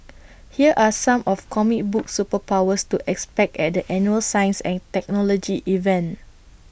here are some of comic book superpowers to expect at the annual science and technology event